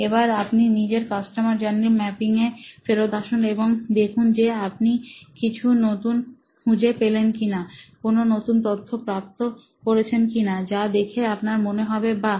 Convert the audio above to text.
এবার আপনি নিজের কাস্টমার জার্নি ম্যাপিংয়ে ফেরত আসুন এবং দেখুন যে আপনি কিছু নতুন খুঁজে পেলেন কিনা কোন নতুন তথ্য প্রাপ্ত করেছেন কিনা যা দেখে আপনার মনে হবে বাহ